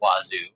Wazoo